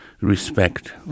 respect